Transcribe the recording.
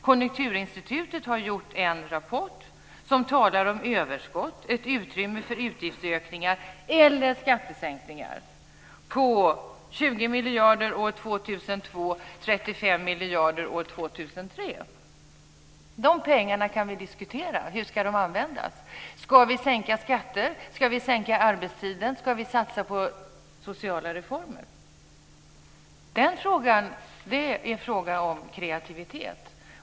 Konjunkturinstitutet har skrivit en rapport som talat om överskott och ett utrymme för utgiftsökningar eller skattesänkningar på 20 miljarder år 2002 och 35 miljarder år 2003. De pengarna kan vi diskutera. Hur ska de användas? Ska vi sänka skatter? Ska vi sänka arbetstiden? Ska vi satsa på sociala reformer? Det är fråga om kreativitet.